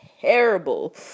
Terrible